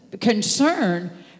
concern